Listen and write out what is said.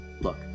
Look